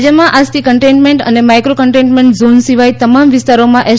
T રાજ્યમાં આજથી containment અને માઇક્રો કન્ટેન્ટમેન્ટ ઝોન સિવાય તમામ વિસ્તારોમાં એસ